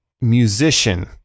musician